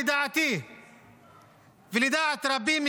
לדעתי ולדעת רבים,